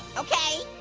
okay,